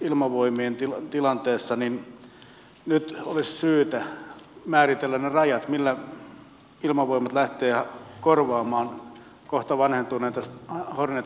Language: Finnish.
esimerkiksi ilmavoimien tilanteessa nyt olisi syytä määritellä ne rajat millä ilmavoimat lähtee korvaamaan kohta vanhentuvia hornet hävittäjiä